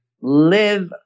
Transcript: live